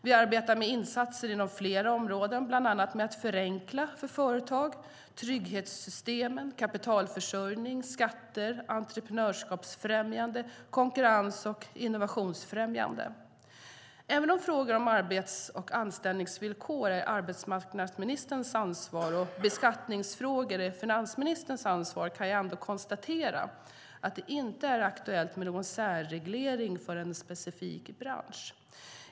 Vi arbetar med insatser inom flera områden, bland annat med att förenkla för företag, trygghetssystemen, kapitalförsörjning, skatter, entreprenörskapsfrämjande, konkurrens och innovationsfrämjande. Även om frågor om arbets och anställningsvillkor är arbetsmarknadsministerns ansvar och beskattningsfrågor är finansministerns ansvar kan jag ändå konstatera att det inte är aktuellt med någon särreglering för en specifik bransch.